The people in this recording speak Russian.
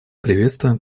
приветствуем